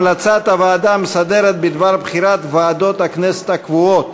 המלצת הוועדה המסדרת בדבר בחירת ועדות הכנסת הקבועות,